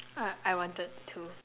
I I wanted to